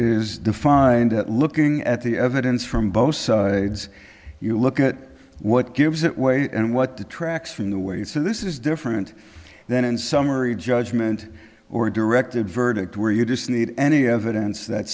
is defined at looking at the evidence from both sides you look at what gives it weight and what detracts from the weight so this is different than in summary judgment or directed verdict where you just need any evidence that